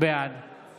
בעד